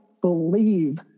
believe